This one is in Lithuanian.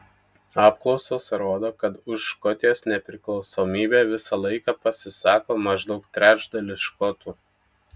apklausos rodo kad už škotijos nepriklausomybę visą laiką pasisako maždaug trečdalis škotų